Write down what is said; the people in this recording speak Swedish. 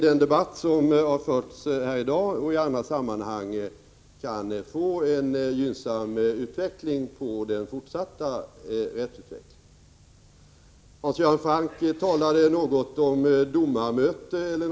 Den debatt som har förts här i dag och i andra sammanhang tror jag kan bidra till en gynnsam utveckling av den fortsatta rättstillämpningen. Hans Göran Franck talade om ett domarmöte.